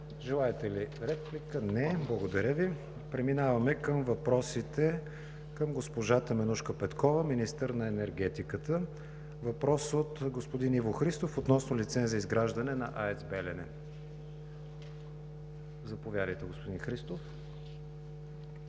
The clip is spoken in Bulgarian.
Желаете ли реплика? Не. Благодаря Ви. Преминаваме към въпросите към госпожа Теменужка Петкова – министър на енергетиката. Въпрос от господин Иво Христов относно лиценз за изграждане на АЕЦ „Белене“. Заповядайте, господин Христов.